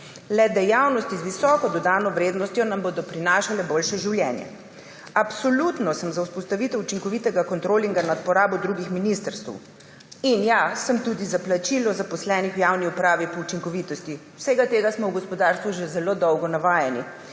Le dejavnosti z visoko dodano vrednostjo nam bodo prinašale boljše življenje. Absolutno sem za vzpostavitev učinkovitega kontrolinga nad porabo drugih ministrstev, in ja, sem tudi za plačilo zaposlenih v javni upravi po učinkovitosti. Vsega tega smo v gospodarstvu že zelo dolgo navajeni